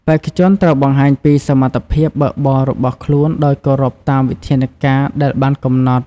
បេក្ខជនត្រូវបង្ហាញពីសមត្ថភាពបើកបររបស់ខ្លួនដោយគោរពតាមវិធានដែលបានកំណត់។